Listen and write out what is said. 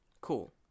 cool